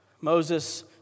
Moses